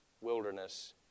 wilderness